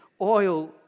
oil